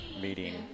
meeting